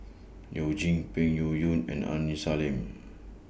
YOU Jin Peng Yuyun and Aini Salim